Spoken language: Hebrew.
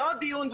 ועוד דיון,